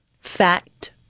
fact